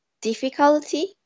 difficulty